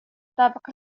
الطابق